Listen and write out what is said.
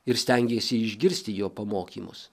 ir stengėsi išgirsti jo pamokymus